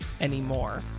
anymore